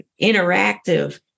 interactive